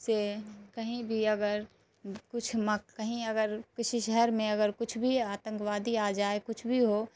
سے کہیں بھی اگر کچھ کہیں اگر کسی شہر میں اگر کچھ بھی آتنکوادی آ جائے کچھ بھی ہو